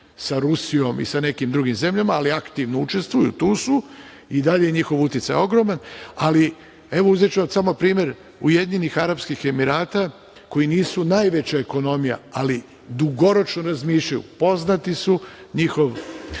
sa Rusijom i sa nekim drugim zemljama, ali aktivno učestvuju, tu su, i dalje je njihov uticaj ogroman. Evo, uzeću vam samo primer Ujedinjenih Arapskih Emirata koji nisu najveća ekonomija, ali dugoročno razmišljaju. Poznati su, njihov